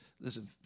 listen